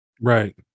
Right